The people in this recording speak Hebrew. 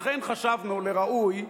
לכן חשבנו לראוי,